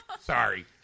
Sorry